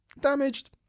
damaged